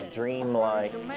dreamlike